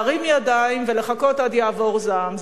להרים ידיים ולחכות עד יעבור זעם.